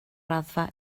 raddfa